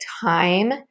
time